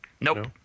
Nope